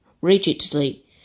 rigidly